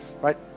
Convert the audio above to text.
right